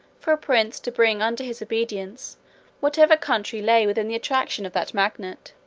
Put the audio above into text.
for a prince to bring under his obedience whatever country lay within the attraction of that magnet.